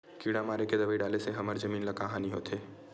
किड़ा मारे के दवाई डाले से हमर जमीन ल का हानि होथे?